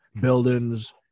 buildings